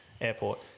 airport